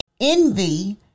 Envy